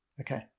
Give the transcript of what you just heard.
Okay